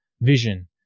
vision